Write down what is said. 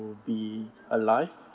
be alive